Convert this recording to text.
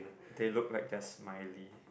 they look like they're smiley